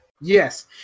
Yes